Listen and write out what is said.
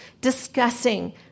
discussing